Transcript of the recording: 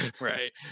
Right